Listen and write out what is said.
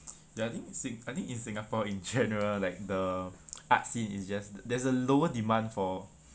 ya I think sin~ I think in singapore in general like the arts scene is just there's a lower demand for